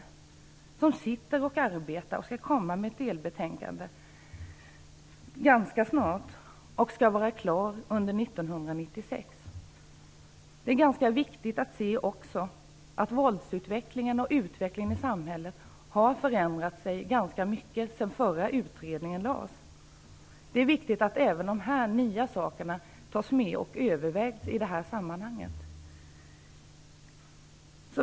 I dag sittande utredare skall komma med ett delbetänkande ganska snart, för detta skall vara klart under 1996. Vidare är det ganska viktigt att se att våldsutvecklingen och utvecklingen i samhället har förändrats ganska mycket sedan den förra utredningen lades fram. Det är viktigt att även de här nya sakerna tas med och övervägs i detta sammanhang.